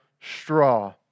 straw